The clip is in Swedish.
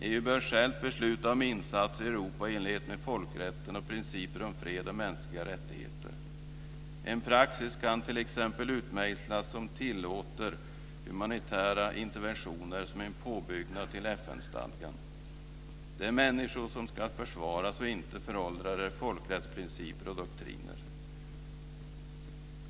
EU bör självt besluta om insatser i Europa i enlighet med folkrätten och principer om fred och mänskliga rättigheter. En praxis kan t.ex. utmejslas som tillåter humanitära interventioner som en påbyggnad till FN-stadgan. Det är människor som ska försvaras och inte föråldrade folkrättsprinciper och doktriner.